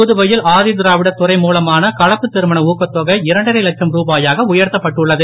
புதுவையில் ஆதிதிராவிடர் துறை மூலமான கலப்புத்திருமண ஊக்கத்தொகை இரண்டரை லட்சம் ருபாயாக உயர்த்தப்பட்டுள்ளது